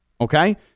Okay